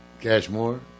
Cashmore